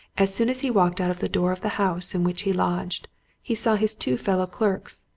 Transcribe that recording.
as soon as he walked out of the door of the house in which he lodged he saw his two fellow-clerks,